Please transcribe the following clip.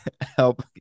help